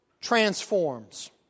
transforms